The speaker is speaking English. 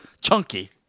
Chunky